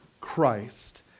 Christ